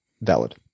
Valid